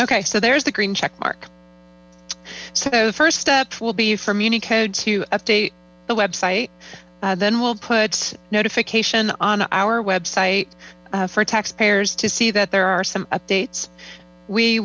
ok so there's the green checkmark so the first step will be for muni code to update the website then we'll put notification on our web site for taxpayers to see that there are some updates we